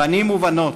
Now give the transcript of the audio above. בנים ובנות,